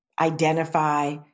identify